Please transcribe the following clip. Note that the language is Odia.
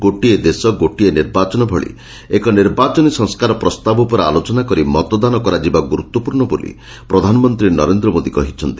ଗୋଟିଏ ଦେଶ ଗୋଟିଏ ନିର୍ବାଚନ ଭଳି ଏକ ନିର୍ବାଚନୀ ସଂସ୍କାର ପ୍ରସ୍ତାବ ଉପରେ ଆଲୋଚନା କରି ମତଦାନ କରାଯିବା ଗୁରୁତ୍ୱପ୍ରର୍ଣ୍ଣ ବୋଲି ପ୍ରଧାନମନ୍ତୀ ନରେନ୍ଦ ମୋଦୀ କହିଛନ୍ତି